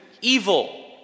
evil